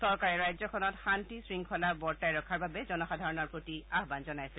চৰকাৰে ৰাজ্যখনত শান্তি শৃংখলা বজাই ৰখাৰ বাবে জনসাধাৰণৰ প্ৰতি আহান জনাইছে